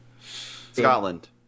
Scotland